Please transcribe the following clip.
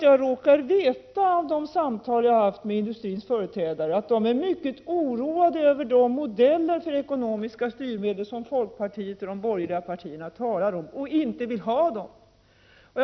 Jag råkar veta, av de samtal jag har haft med industrins företrädare, att de är mycket oroade över de modeller för ekonomiska styrmedel som folkpartiet och de andra borgerliga partierna talar om. Industrin vill inte ha dem.